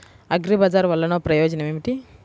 అగ్రిబజార్ వల్లన ప్రయోజనం ఏమిటీ?